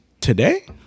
today